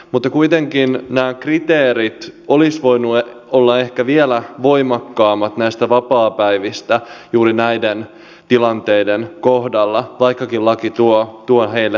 mutta kuitenkin nämä kriteerit olisivat voineet olla ehkä vielä voimakkaammat näistä vapaapäivistä juuri näiden tilanteiden kohdalla vaikkakin laki tuo heille parannusta